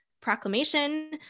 proclamation